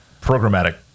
programmatic